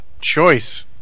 choice